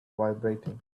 vibrating